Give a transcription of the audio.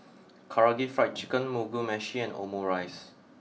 Karaage Fried Chicken Mugi Meshi and Omurice